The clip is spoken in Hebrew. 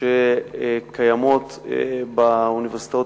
שקיימות באוניברסיטאות,